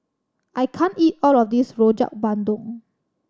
I can't eat all of this Rojak Bandung